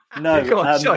No